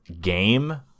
game